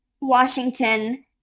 Washington